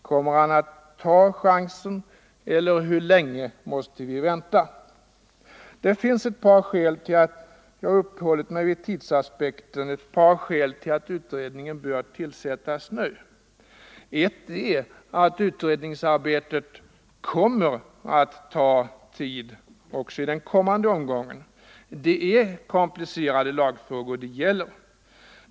Kommer han att ta chansen eller hur länge måste vi vänta? Om lagfäst Det finns ett par skäl till att jag uppehållit mig vid tidsaspekten, ett - medbestämmandepar skäl till att utredningen bör tillsättas nu. Ett är att utredningsarbetet = rätt för anställda i kommer att ta tid också i den kommande omgången. Det är komplicerade aktiebolag lagfrågor det gäller.